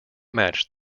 match